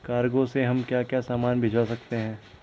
Cargo में हम क्या क्या सामान भिजवा सकते हैं?